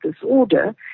disorder